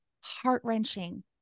heart-wrenching